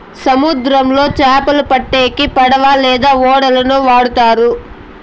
సముద్రంలో చాపలు పట్టేకి పడవ లేదా ఓడలను వాడుతారు